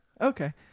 Okay